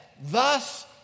thus